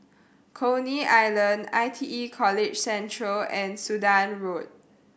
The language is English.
Coney Island I T E College Central and Sudan Road